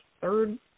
third